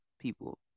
people